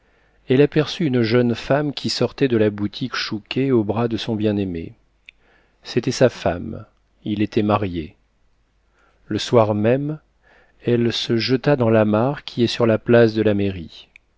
elle aperçut une jeune femme qui sortait de la boutique chouquet au bras de son bien-aimé c'était sa femme il était marié le soir même elle se jeta dans la mare qui est sur la place de la mairie